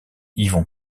yvon